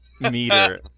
meter